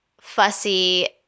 fussy